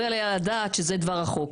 לא יעלה על הדעת שזה דבר החוק.